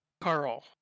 Carl